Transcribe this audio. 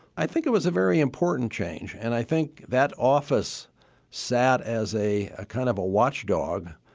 i think it was a very important change. and i think that office sat as a a kind of a watchdog.